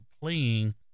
playing